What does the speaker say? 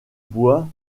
bois